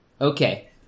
Okay